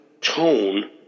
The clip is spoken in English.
tone